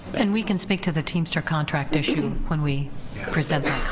and we can speak to the teamster contract issue when we present that